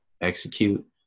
execute